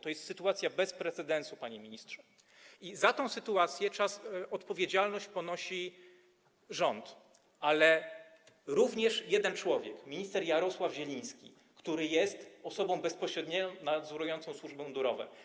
To jest sytuacja bez precedensu, panie ministrze, i za tę sytuację odpowiedzialność ponosi rząd, ale również jeden człowiek, minister Jarosław Zieliński, który jest osobą bezpośrednio nadzorującą służby mundurowe.